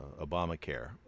Obamacare